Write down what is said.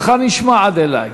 קולך נשמע עד אלי.